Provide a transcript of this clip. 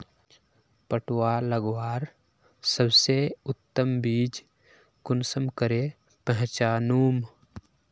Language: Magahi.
पटुआ लगवार सबसे उत्तम बीज कुंसम करे पहचानूम?